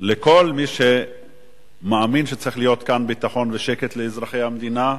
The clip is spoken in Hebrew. לכל מי שמאמין שצריך להיות כאן ביטחון ושקט לאזרחי המדינה,